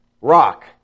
rock